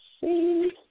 see